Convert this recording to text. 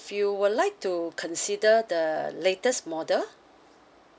you would like to consider the latest model